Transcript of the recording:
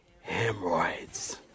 hemorrhoids